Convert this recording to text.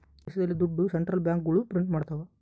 ದೇಶದಲ್ಲಿ ದುಡ್ಡು ಸೆಂಟ್ರಲ್ ಬ್ಯಾಂಕ್ಗಳು ಪ್ರಿಂಟ್ ಮಾಡ್ತವ